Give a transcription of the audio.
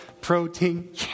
protein